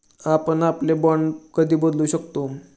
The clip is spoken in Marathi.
आपण आपले बाँड कधी बदलू शकतो?